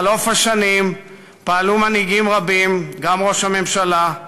בחלוף השנים פעלו מנהיגים רבים, גם ראש הממשלה,